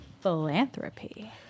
philanthropy